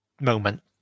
moment